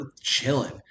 chilling